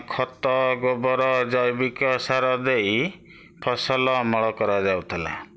ଖତ ଗୋବର ଜୈବିକ ସାର ଦେଇ ଫସଲ ଅମଳ କରାଯାଉଥିଲା